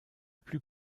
plus